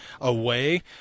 away